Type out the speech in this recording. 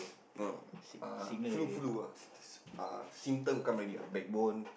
no no uh flu flu ah uh symptom come already ah back bone